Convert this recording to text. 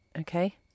Okay